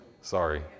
Sorry